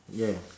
yeah